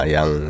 Yang